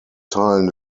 teilen